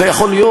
זה יכול להיות?